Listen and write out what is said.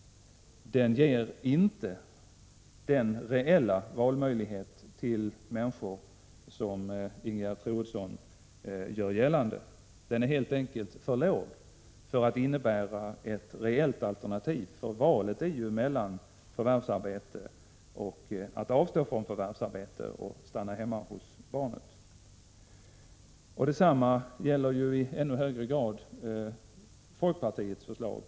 Den ger inte människor den reella valmöjlighet som Ingegerd Troedsson gör gällande. Den är helt enkelt för låg för att innebära ett reellt alternativ. Valet måste ju stå mellan förvärvsarbete och att avstå från att förvärvsarbeta och stanna hemma hos barnet. Detsamma gäller i ännu högre grad folkpartiets förslag.